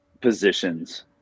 positions